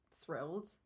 thrilled